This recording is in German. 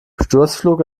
sturzflug